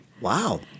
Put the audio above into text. Wow